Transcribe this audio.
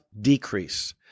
decrease